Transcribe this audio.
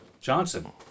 Johnson